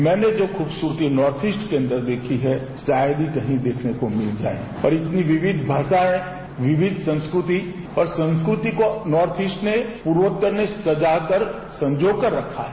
मैंने जो खूबसूरती नार्थ ईस्ट के अंदर देखी है शायद ही कहीं देखने को मिल जाए और इतनी विविध भाषाएं विविध संस्कृति और संस्कृति को नॉर्थ ईस्ट ने पूर्वोत्तर ने सजा कर संजोकर रखा है